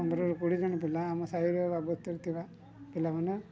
ପନ୍ଦରରୁ କୋଡ଼ିଏ ଜଣ ପିଲା ଆମ ସାହିରେ ବା ବସ୍ତିରେ ଥିବା ପିଲାମାନେ